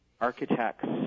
architects